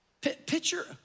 picture